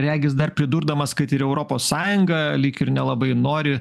regis dar pridurdamas kad ir europos sąjunga lyg ir nelabai nori